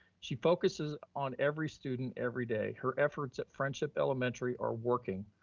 she focuses on every student every day. her efforts at friendship elementary are working.